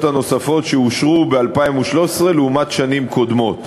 הנוספות שאושרו ב-2013 לעומת שנים קודמות.